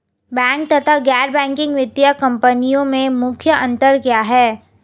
Bank तथा गैर banking वित्तीय कंपनियों में मुख्य अंतर क्या है?